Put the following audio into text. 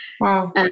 Wow